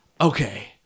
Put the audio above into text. okay